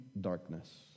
darkness